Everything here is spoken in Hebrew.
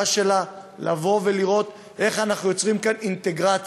שלה היא לראות איך אנחנו יוצרים כאן אינטגרציה.